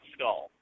Skull